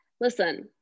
Listen